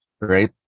Right